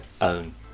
own